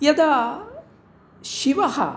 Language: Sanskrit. यदा शिवः